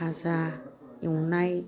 भाजा एवनाय